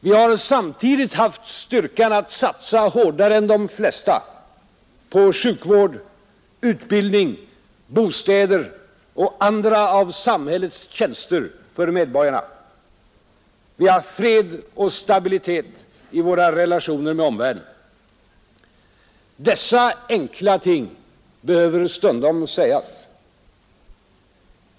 Vi har samtidigt haft styrkan att satsa hårdare än de flesta på sjukvård, utbildning, bostäder och andra av samhällets tjänster för medborgarna. Vi har fred och stabilitet i våra relationer med omvärlden, Dessa enkla ting behöver stundom sägas.